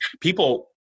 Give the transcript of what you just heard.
people